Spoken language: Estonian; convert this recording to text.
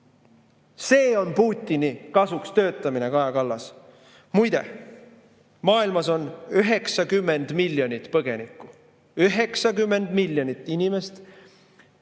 See on Putini kasuks töötamine, Kaja Kallas! Muide, maailmas on 90 miljonit põgenikku. 90 miljonit inimest,